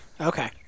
Okay